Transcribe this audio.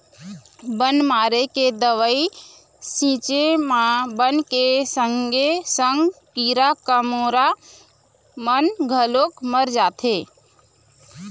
बन मारे के दवई छिंचे म बन के संगे संग कीरा कमोरा मन घलोक मर जाथें